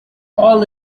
all